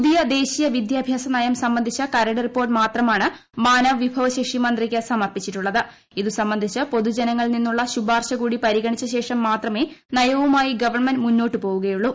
പുതിയ ദേശീയ വിദ്യാഭ്യാസ നയം സംബന്ധിച്ച കരട് റിപ്പോള്ട്ട് മാത്രമാണ് മാനവ വിഭവശേഷി മന്ത്രിക്ക് സമർപ്പിച്ചിട്ടുളളത്പ്പ് ് ഇത് സംബന്ധിച്ച് പൊതുജനങ്ങളിൽ നിന്നുളള ശുപാർശികൂടി പരിഗണിച്ചശേഷം മാത്രമേ നയവുമായി ഗവൺമെന്റ് മൂന്നോട്ടു പോവുകയുളളൂ